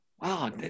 Wow